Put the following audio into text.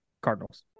Cardinals